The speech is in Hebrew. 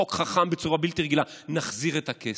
חוק חכם בצורה בלתי רגילה: נחזיר את הכסף.